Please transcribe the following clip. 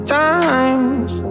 times